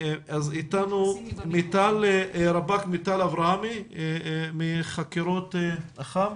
איתנו רפ"ק מיטל אברהמי מחקירות אח"מ.